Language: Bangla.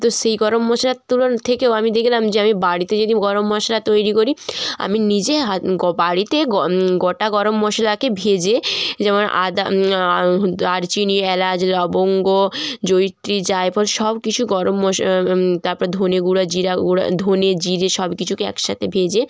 তো সেই গরম মশলার তুলনা থেকেও আমি দেখলাম যে আমি বাড়িতে যদি গরম মশলা তৈরি করি আমি নিজে হাতে বাড়িতে গোটা গরম মশলাকে ভেজে যেমন আদা দারচিনি এলাচ লবঙ্গ জৈত্রী জায়ফল সব কিছু গরম মশলা তারপর ধনে গুঁড়া জিরা গুঁড়া ধনে জিরে সব কিছুকে একসাথে ভেজে